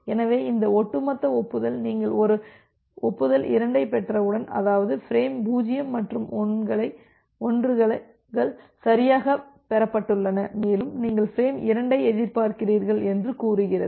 எனவே இந்த ஒட்டுமொத்த ஒப்புதல் நீங்கள் ஒரு ஒப்புதல் 2 ஐப் பெற்றவுடன் அதாவது பிரேம் 0 மற்றும் 1 கள் சரியாகப் பெறப்பட்டுள்ளன மேலும் நீங்கள் பிரேம் 2 ஐ எதிர்பார்க்கிறீர்கள் என்று கூறுகிறது